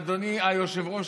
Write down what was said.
אדוני היושב-ראש,